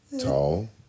Tall